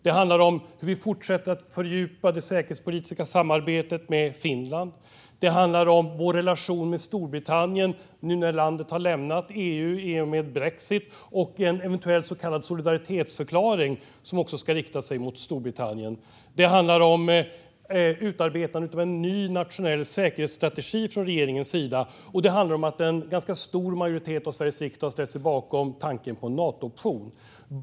Det handlar om att vi fortsätter att fördjupa det säkerhetspolitiska samarbetet med Finland, och det handlar om vår relation med Storbritannien nu när landet har lämnat EU i och med brexit. Det handlar om en eventuell så kallad solidaritetsförklaring som ska rikta sig mot Storbritannien. Det handlar om utarbetandet av en ny nationell säkerhetsstrategi från regeringens sida, och slutligen handlar det om att en stor majoritet av Sveriges riksdag har ställt sig bakom tanken på en Nato-option.